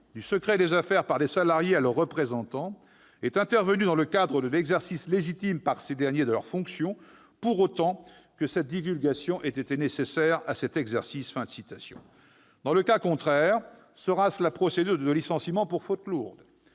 du secret des affaires par des salariés à leurs représentants est intervenue dans le cadre de l'exercice légitime par ces derniers de leurs fonctions, pour autant que cette divulgation ait été nécessaire à cet exercice. » Dans le cas contraire, engagera-t-on une procédure de licenciement pour faute lourde ?